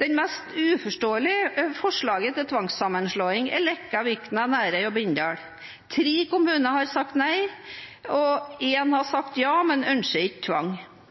Det mest uforståelige forslaget til tvangssammenslåing gjelder Leka, Vikna, Nærøy og Bindal. Tre kommuner har sagt nei, og én har sagt ja, men ønsker ikke tvang.